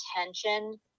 attention